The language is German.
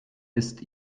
ist